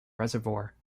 reservoir